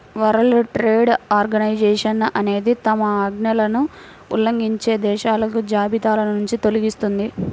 world trade organization అనేది తమ ఆజ్ఞలను ఉల్లంఘించే దేశాలను జాబితానుంచి తొలగిస్తుంది